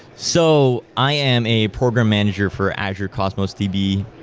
so i am a program manager for azure cosmos db.